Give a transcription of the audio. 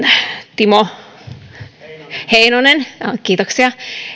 timo heinonen kiitoksia